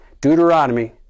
Deuteronomy